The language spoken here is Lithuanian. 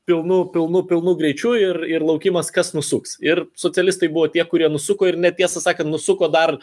pilnu pilnu pilnu greičiu ir ir laukimas kas nusuks ir socialistai buvo tie kurie nusuko ir ne tiesą sakant nusuko dar